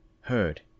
heard